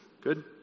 Good